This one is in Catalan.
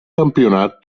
campionat